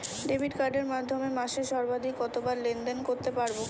Debit কার্ডের মাধ্যমে মাসে সর্বাধিক কতবার লেনদেন করতে পারবো?